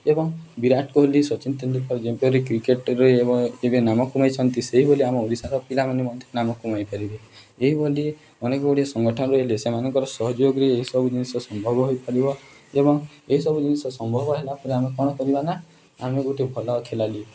ଏବଂ ବିରାଟ କୋହଲି ସଚିନ ତେନ୍ଦୁଲକର ଯେପରି କ୍ରିକେଟ୍ରେ ଏବେ ନାମ କମେଇଛନ୍ତି ସେଇଭଳି ଆମ ଓଡ଼ିଶାର ପିଲାମାନେ ମଧ୍ୟ ନାମ କମେଇ ପାରିବେ ଏହିଭଳି ଅନେକ ଗୁଡ଼ିଏ ସଂଗଠନ ରହିଲେ ସେମାନଙ୍କର ସହଯୋଗରେ ଏହିସବୁ ଜିନିଷ ସମ୍ଭବ ହୋଇପାରିବ ଏବଂ ଏହିସବୁ ଜିନିଷ ସମ୍ଭବ ହେଲା ପରେ ଆମେ କ'ଣ କରିବା ନା ଆମେ ଗୋଟେ ଭଲ ଖେଲାଳି